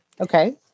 Okay